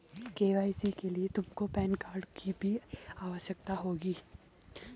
KYC के लिए तुमको पैन कार्ड की भी आवश्यकता होगी